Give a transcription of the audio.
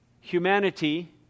humanity